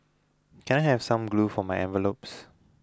can I have some glue for my envelopes